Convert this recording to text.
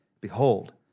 Behold